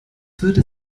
würde